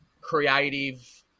creative